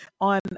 on